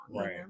Right